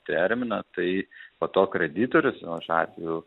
terminą tai po to kreditorius nu šiuo atveju